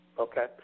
Okay